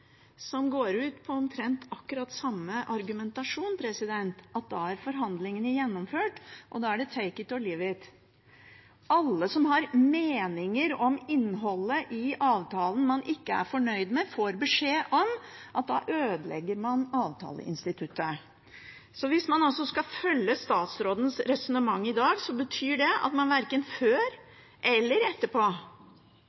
som går ut på omtrent akkurat samme argumentasjon, at da er forhandlingene gjennomført, og da er det «take it or leave it». Alle som har meninger om innholdet i avtalen man ikke er fornøyd med, får beskjed om at da ødelegger man avtaleinstituttet. Hvis man skal følge statsrådens resonnement i dag, betyr det altså at man verken før